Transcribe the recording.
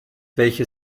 welche